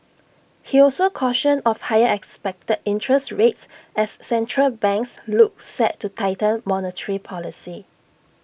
he also cautioned of higher expected interest rates as central banks look set to tighten monetary policy